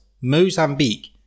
Mozambique